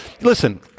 Listen